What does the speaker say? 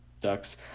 ducks